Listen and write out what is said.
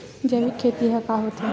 जैविक खेती ह का होथे?